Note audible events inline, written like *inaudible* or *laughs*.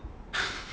*laughs*